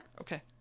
Okay